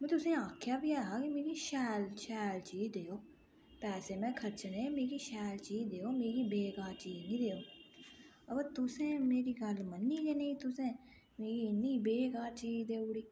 में तुसेंगी आखेआ बी ऐ हा मिगी शैल शैल चीज़ देओ पैसे में खरचने मिगी शैल चीज़ देओ मिगी बेकार चीज़ नी देओ अवो तुसें मेरी गल्ल मन्नी गै नेईं तुसें मिगी इन्नी बेकार चीज़ देई ओड़ी